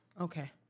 Okay